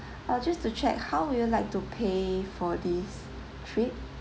I'll just to check how would you like to pay for this trip